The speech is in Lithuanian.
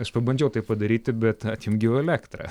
aš pabandžiau tai padaryti bet atjungiau elektrą